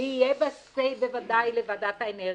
ויהיה בה say בוודאי לוועדת האנרגיה,